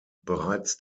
bereits